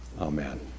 Amen